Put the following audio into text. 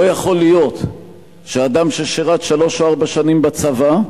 לא יכול להיות שאדם ששירת שלוש, ארבע שנים בצבא,